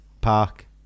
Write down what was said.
park